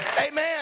Amen